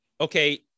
okay